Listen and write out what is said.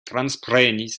transprenis